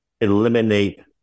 eliminate